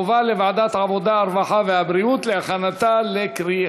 לוועדת העבודה, הרווחה והבריאות נתקבלה.